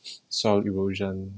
soil erosion